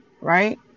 right